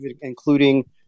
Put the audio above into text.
including